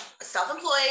self-employed